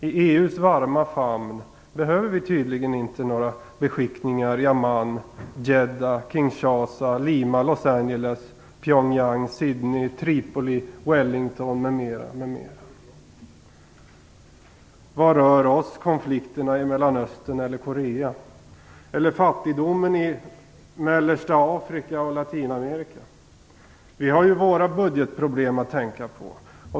I EU:s varma famn behöver vi tydligen inte några beskickningar i Amman, Jeddah, Kinshasa, Lima, Los Vad rör oss konflikterna i Mellanöstern eller Korea eller fattigdomen i mellersta Afrika och Latinamerika? Vi har ju våra budgetproblem att tänka på.